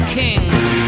kings